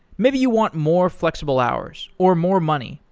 maybe you want more flexible hours, or more money,